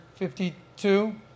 52